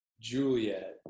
Juliet